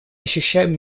ощущаем